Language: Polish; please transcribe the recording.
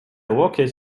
łokieć